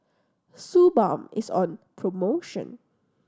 Suu Balm is on promotion